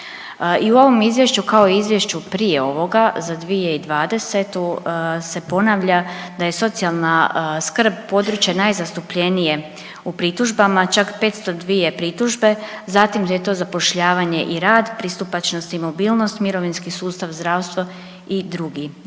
I u ovom izvješću, kao i u izvješću prije ovoga, za 2020. se ponavlja da je socijalna skrb područje najzastupljenije u pritužbama, čak 502 pritužbe, zatim da je to zapošljavanje i rad, pristupačnost i mobilnost, mirovinski sustav, zdravstvo i drugi